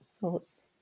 thoughts